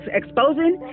exposing